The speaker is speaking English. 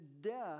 death